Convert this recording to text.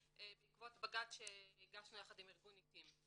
בעקבות בג"צ שהגשנו יחד עם ארגון עתים.